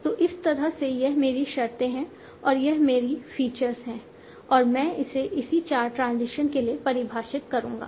तो इस तरह से यह मेरी शर्तें हैं और यह मेरी फीचर्स है और मैं इसे सभी चार ट्रांजिशन के लिए परिभाषित करूंगा